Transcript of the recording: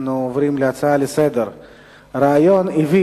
אנחנו עוברים להצעה לסדר-היום מס' 2836 בנושא: רעיון עוועים,